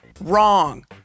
Wrong